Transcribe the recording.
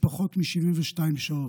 בפחות מ-72 שעות.